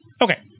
Okay